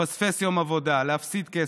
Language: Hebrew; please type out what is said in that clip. לפספס יום עבודה, להפסיד כסף.